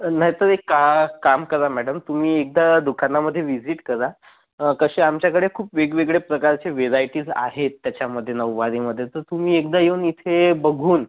नाही तर एक का काम करा मॅडम तुम्ही एकदा दुकानामध्ये विजिट करा कसे आमच्याकडे खूप वेगवेगळ्या प्रकारचे व्हरायटीज् आहेत त्याच्यामध्ये नऊवारीमध्ये तर तुम्ही एकदा येऊन इथे बघून